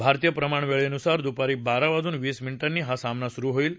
भारतीय प्रमाणवेळेनुसार दुपारी बारा वाजून वीस मिनिटांनी हा सामना सुरु होईल